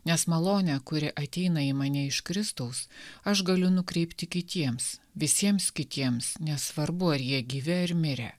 nes malonę kuri ateina į mane iš kristaus aš galiu nukreipti kitiems visiems kitiems nesvarbu ar jie gyvi ar mirę